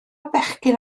bechgyn